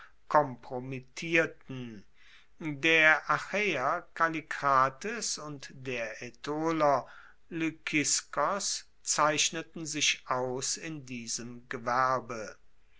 konpromittierten der achaeer kallikrates und der aetoler lykiskos zeichneten sich aus in diesem gewerbe